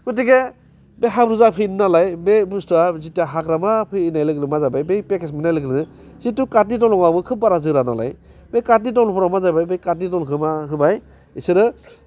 गथिखे बे हाब्रु जाफिनो नालाय बे बुस्थुवा जितु हाग्रामा फैनाय लागो लोगोनो मा जाबाय बै फेखेस मोननाय लोगो लोगो जिथु कार्टनि दलंआबो खोब बारा जोरा नालाय बे कार्डनि दलंफोराव मा जाबाय बे कार्डनि दलंखौ मा होबाय इसोरो